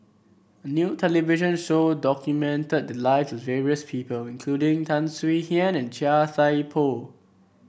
a new television show documented the lives of various people including Tan Swie Hian and Chia Thye Poh